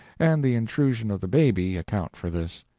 and the intrusion of the baby, account for this.